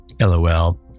LOL